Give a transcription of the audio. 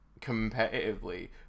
...competitively